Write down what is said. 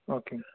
ஓகேங்க சார்